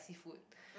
seafood